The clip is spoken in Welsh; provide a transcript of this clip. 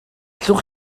allwch